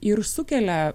ir sukelia